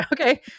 okay